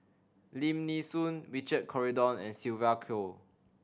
Lim Nee Soon Richard Corridon and Sylvia Kho